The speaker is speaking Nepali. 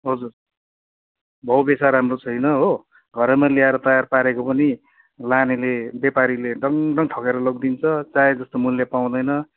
हजुर भाउ बेच्दा राम्रो छैन हो घरमा ल्याएर तयार पारेको पनि लानेले व्यापारीले डङ्ङ डङ्ङ ठगेर लगिदिन्छ चाहे जस्तो मूल्य पाउँदैन